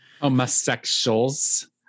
homosexuals